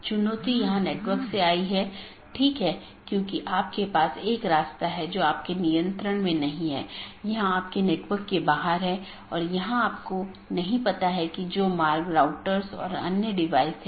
इसका मतलब है कि सभी BGP सक्षम डिवाइस जिन्हें BGP राउटर या BGP डिवाइस भी कहा जाता है एक मानक का पालन करते हैं जो पैकेट को रूट करने की अनुमति देता है